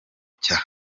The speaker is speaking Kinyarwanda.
cya